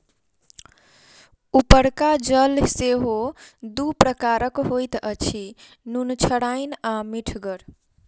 उपरका जल सेहो दू प्रकारक होइत अछि, नुनछड़ैन आ मीठगर